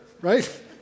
right